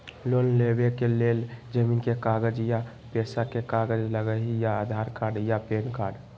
Loan लेवेके लेल जमीन के कागज या पेशा के कागज लगहई या आधार कार्ड या पेन कार्ड?